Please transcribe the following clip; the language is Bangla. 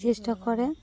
চেষ্টা করে